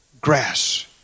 grass